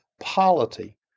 polity